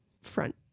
front